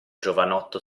giovanotto